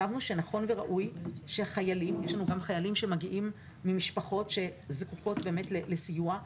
יש לנו גם חיילים שמגיעים ממשפחות שזקוקות באמת לסיוע.